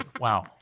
wow